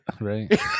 right